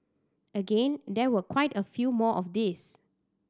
again there were quite a few more of these